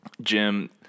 Jim